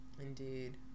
Indeed